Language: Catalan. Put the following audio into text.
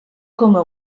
coma